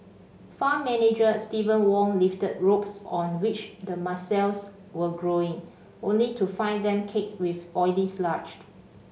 farm manager Steven Wong lifted ropes on which the mussels were growing only to find them caked with oily sludge